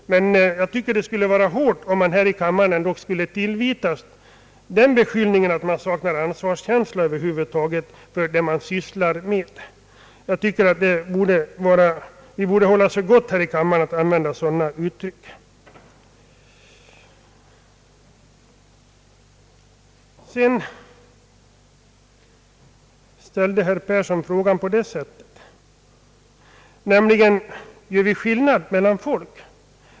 Jag tycker ändå att det skulle vara hårt om man här i kammaren skulle tillvitas brist på ansvarskänsla över huvud taget för det man sysslar med. Vi borde hålla oss för goda att använda sådana uttryck. Herr Yngve Persson frågade mig om vi gjorde skillnad mellan folk.